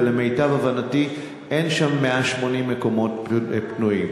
ולמיטב הבנתי אין שם 180 מקומות פנויים.